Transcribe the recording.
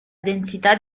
densità